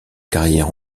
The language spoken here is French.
carrière